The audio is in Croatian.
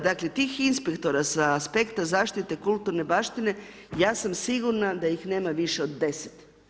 Dakle, tih inspektora sa aspekta zaštite kulturne baštine, ja sam sigurna da ih nema više od 10.